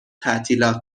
تعطیلات